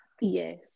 Yes